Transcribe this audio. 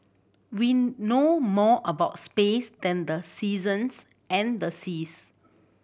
we know more about space than the seasons and the seas